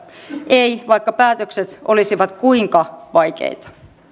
ei vaikka päätökset olisivat kuinka vaikeita